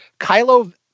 Kylo